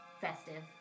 festive